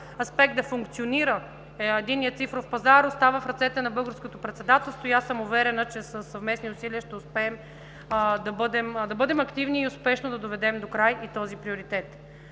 аспект да функционира Единният цифров пазар остава в ръцете на Българското председателство. Аз съм уверена, че със съвместни усилия ще успеем да бъдем активни и успешно да доведем докрай и този приоритет.